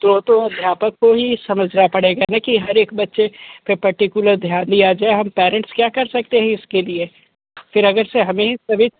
तो तो अध्यापक को ही समझना पड़ेगा ना कि हर एक बच्चे पर पार्टिकुलर ध्यान दिया जाए हम पेरेंट्स क्या कर सकते हैं इसके लिए फिर अगर हमें ही सभी